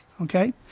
okay